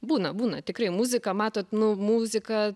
būna būna tikrai muzika matot nu muzika